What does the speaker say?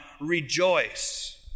Rejoice